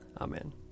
Amen